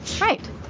Right